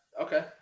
okay